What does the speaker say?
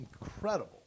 incredible